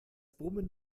brummen